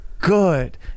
good